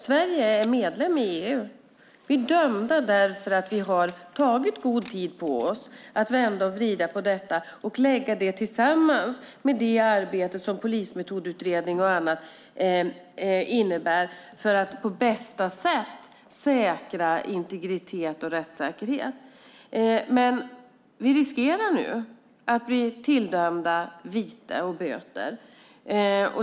Sverige är medlem i EU, och vi är dömda därför att vi har tagit god tid på oss att vända och vrida på detta och lägga det tillsammans med det arbete som polismetodutredning och annat innebär för att på bästa sätt säkra integritet och rättssäkerhet. Vi riskerar nu att bli tilldömda vite och böter.